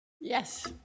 Yes